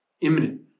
imminent